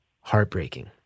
heartbreaking